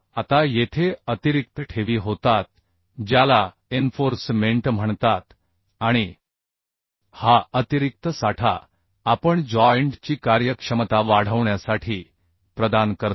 आता येथे अतिरिक्त ठेवी होतात ज्याला एन्फोर्स मेंट म्हणतात आणि हा अतिरिक्त साठा आपण जॉइंट ची कार्यक्षमता वाढवण्यासाठी प्रदान करतो